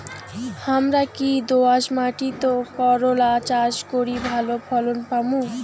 হামরা কি দোয়াস মাতিট করলা চাষ করি ভালো ফলন পামু?